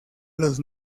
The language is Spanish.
los